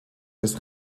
des